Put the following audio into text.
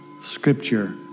scripture